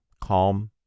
calm